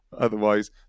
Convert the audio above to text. Otherwise